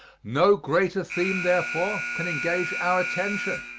no greater theme, therefore, can engage our attention.